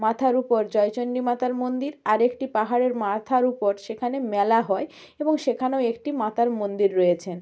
মাথার উপর জয়চণ্ডী মাতার মন্দির আর একটি পাহাড়ের মাথার উপর সেখানে মেলা হয় এবং সেখানেও একটি মাতার মন্দির রয়েছেন